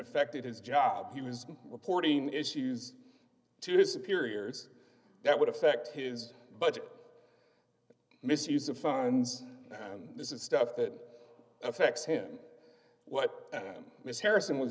affected his job he was reporting issues to disappear ears that would affect his budget misuse of funds and this is stuff that affects him what an ms harrison was